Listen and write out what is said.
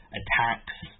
attacks